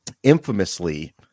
infamously